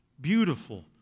Beautiful